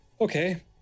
okay